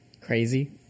Crazy